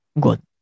good